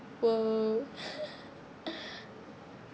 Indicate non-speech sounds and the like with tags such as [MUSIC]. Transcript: oh [LAUGHS]